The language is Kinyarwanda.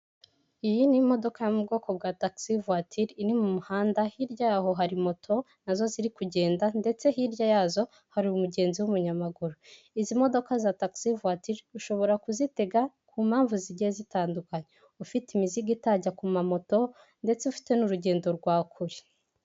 Iyi ni imodoka yo mu bwoko bwa tagisi vuwatire, iri mu muhanda hirya yaho hari moto nazo ziri kugenda, ndetse hirya yazo hari umugenzi w'umunyamaguru. Izi modoka za tagisi vowatire, ushobora kuzitega ku mpamvu zigiye zitandukanye; ufite imizigo itajya ku ma moto , ndetse ufite n'urugendo rwa kure.